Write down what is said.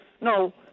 No